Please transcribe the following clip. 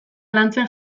lantzen